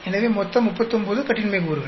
எனவே மொத்தம் 39 கட்டின்மை கூறுகள்